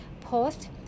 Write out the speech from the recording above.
Post